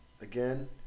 again